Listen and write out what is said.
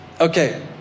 Okay